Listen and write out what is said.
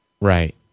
Right